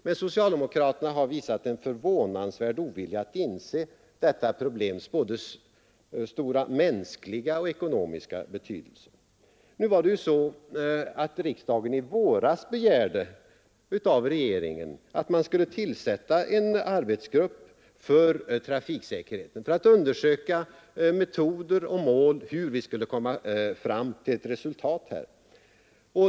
Men socialdemokraterna har visat en förvånansvärd ovilja att inse detta problems stora mänskliga och ekonomiska betydelse. Riksdagen begärde i våras av regeringen att den skulle tillsätta en arbetsgrupp för att utreda olika frågor i samband med trafiksäkerheten, för att undersöka metoder och mål för att uppnå ett bättre resultat.